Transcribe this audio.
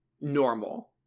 normal